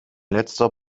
letzter